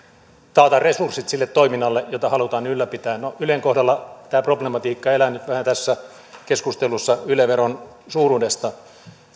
taata resurssit sille toiminnalle jota halutaan ylläpitää ylen kohdalla tämä problematiikka elää nyt vähän tässä keskustelussa yle veron suuruudesta